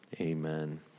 Amen